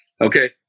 Okay